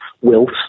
wilt